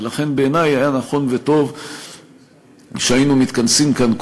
ולכן בעיני היה נכון וטוב שהיינו מתכנסים כאן,